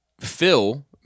Phil